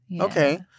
Okay